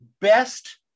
best